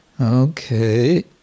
Okay